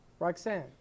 Roxanne